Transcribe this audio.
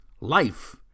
life